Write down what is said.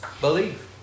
believe